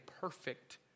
perfect